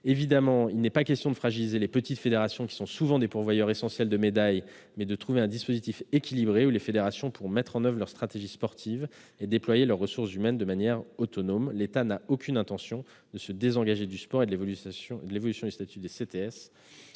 Évidemment, il n'est pas question de fragiliser les petites fédérations, qui sont souvent des pourvoyeuses essentielles de médailles, mais il importe de trouver un dispositif équilibré permettant aux fédérations de mettre en oeuvre leur stratégie sportive et de déployer leurs ressources humaines de manière autonome. L'État n'a aucune intention de se désengager du sport ; l'évolution du statut des CTS